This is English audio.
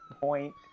point